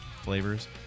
flavors